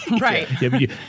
Right